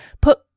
put